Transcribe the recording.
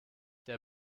der